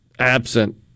Absent